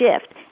shift